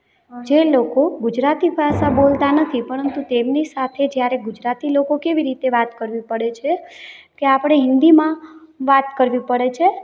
જે લોકો ગુજરાતી ભાષા બોલતા નથી પરંતુ તેમની સાથે જયારે ગુજરાતી લોકો કેવી રીતે વાત કરવી પડે છે કે આપણે હિન્દીમાં વાત કરવી પડે છે